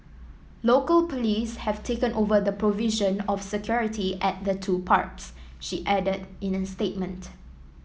local police have taken over the provision of security at the two parks she added in a statement